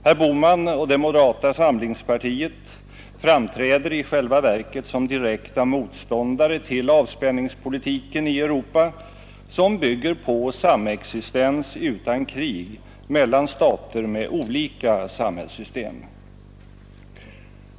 Herr Bohman och det moderata samlingspartiet framträder i själva verket som direkta motståndare till avspänningspolitiken i Europa, som bygger på samexistens utan krig mellan stater med olika samhällssystem.